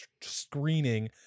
screening